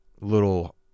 little